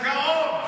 אתה גאון.